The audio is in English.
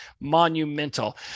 monumental